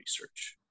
research